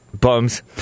bums